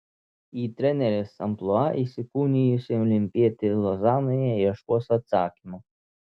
į trenerės amplua įsikūnijusi olimpietė lozanoje ieškos atsakymo